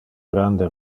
grande